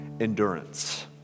Endurance